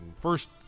First